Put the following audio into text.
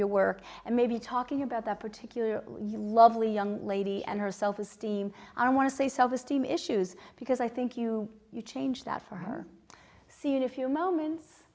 your work and maybe talking about that particular you lovely young lady and her self esteem i want to say self esteem issues because i think you change that for her soon a few moments